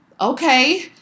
okay